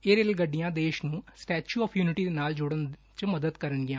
ਇਹ ਰੇਲਗੱਡੀਆਂ ਦੇਸ਼ ਨੂੰ ਸਟੇਚੂ ਆਫ ਯੁਨਿਟੀ ਨਾਲ ਜੋੜਨ 'ਚ ਮਦਦ ਕਰਨਗੀਆਂ